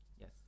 yes